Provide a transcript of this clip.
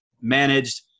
managed